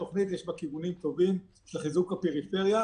יש בתוכנית כיוונים טובים של חיזוק הפריפריה,